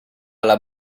alla